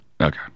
Okay